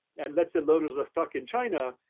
and let's say, learners are stuck in china,